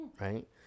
right